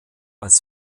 als